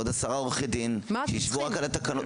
עוד עשרה עורכי דין שישבו רק על התקנות.